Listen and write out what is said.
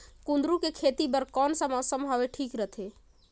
कुंदूरु के खेती बर कौन सा मौसम हवे ठीक रथे?